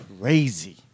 crazy